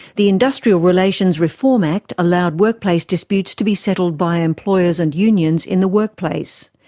the industrial relations reform act allowed workplace disputes to be settled by employers and unions in the workplace.